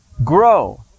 Grow